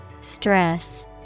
Stress